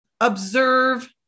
observe